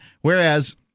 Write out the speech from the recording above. whereas